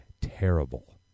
terrible